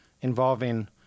involving